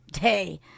day